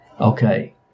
okay